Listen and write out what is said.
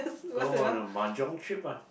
go on a mahjong trip ah